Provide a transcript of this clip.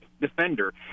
defender